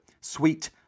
Sweet